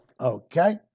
okay